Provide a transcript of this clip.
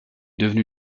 devenu